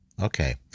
Okay